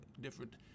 different